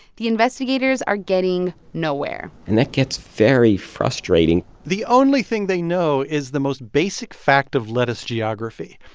the investigators are getting nowhere and it gets very frustrating the only thing they know is the most basic fact of lettuce geography.